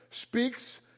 speaks